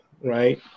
right